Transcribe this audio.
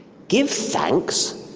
give thanks?